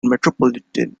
metropolitan